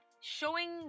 Showing